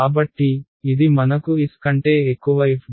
కాబట్టి ఇది మనకు s కంటే ఎక్కువ f